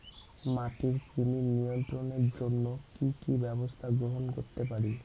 মাটির কৃমি নিয়ন্ত্রণের জন্য কি কি ব্যবস্থা গ্রহণ করতে পারি?